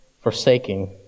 forsaking